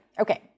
Okay